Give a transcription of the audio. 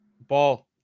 Ball